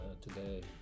today